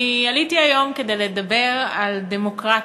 אני עליתי היום כדי לדבר על דמוקרטיה,